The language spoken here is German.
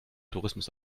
tourismus